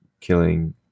killing